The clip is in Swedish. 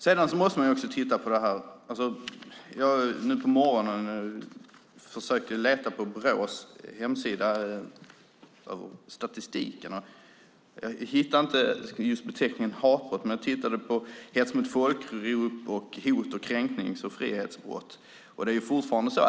I morse letade jag efter statistik på Brås hemsida. Jag hittade inte beteckningen "hatbrott", men jag tittade på "hets mot folkgrupp" och "hot-, kränknings och frihetsbrott".